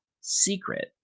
secret